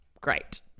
great